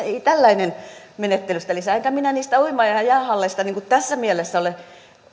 ei tällainen menettely sitä lisää enkä minä niistä uima ja jäähalleista tässä mielessä ole